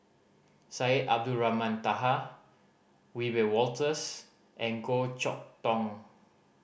Syed Abdulrahman Taha Wiebe Wolters and Goh Chok Tong